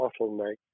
bottleneck